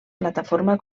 plataforma